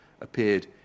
appeared